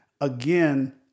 again